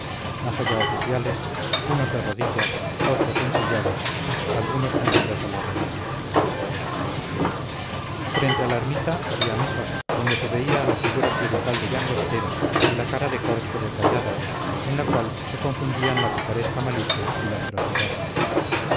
más allá oficiales unos de rodillas otrosensillados algunos tendidos a la romana frente a la ermita había mesas donde se veía la figura clerical de llangostera y la cara de corcho de tallada en la cual se confundían la picaresca malicia y la ferocidad